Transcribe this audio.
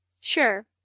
Sure